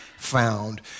Found